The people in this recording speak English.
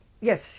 Yes